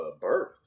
birth